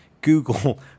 Google